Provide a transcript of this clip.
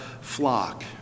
flock